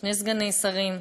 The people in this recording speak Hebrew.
שני סגני שרים,